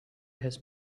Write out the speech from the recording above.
his